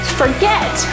forget